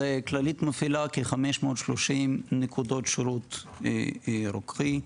כללית מפעילה כ-530 נקודות שירות רוקחי.